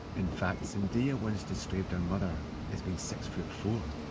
in fact, zendaya once described her mother as being six foot four.